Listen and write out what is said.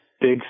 Big